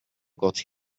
got